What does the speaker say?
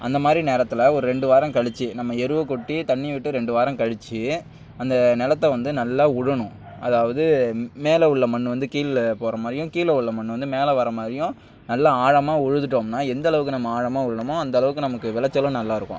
அந்த மாதிரி நேரத்தில் ஒரு ரெண்டு வாரம் கழிச்சு நம்ம எருவை கொட்டி தண்ணி விட்டு ரெண்டு வாரம் கழிச்சு அந்த நிலத்த வந்து நல்லா உழணும் அதாவது மேலே உள்ள மண் வந்து கீழே போகிற மாதிரியும் கீழே உள்ள மண் வந்து மேலே வர மாதிரியும் நல்ல ஆழமாக உழுந்துட்டோம்னா எந்தளவுக்கு நம்ம ஆழமாக உழணுமோ அந்தளவுக்கு நமக்கு விளைச்சலும் நல்லாயிருக்கும்